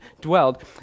dwelled